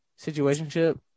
situationship